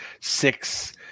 six